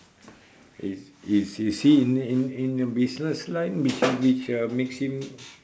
is is is he in in in a business line which which uh makes him